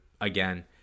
again